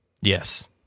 Yes